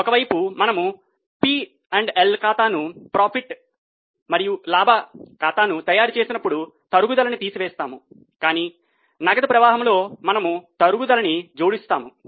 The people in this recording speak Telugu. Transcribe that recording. ఒక వైపు మనము P మరియు L ఖాతాను తయారుచేసేటప్పుడు తరుగుదలని తీసివేస్తాము కాని నగదు ప్రవాహంలో మనము తరుగుదలని జోడిస్తాము